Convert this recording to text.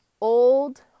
Old